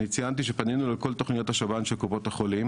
אני ציינתי שפנינו לכל תכניות השב"ן של קופות החולים